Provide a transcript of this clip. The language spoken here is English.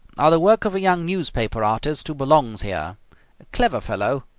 are the work of a young newspaper artist who belongs here. a clever fellow.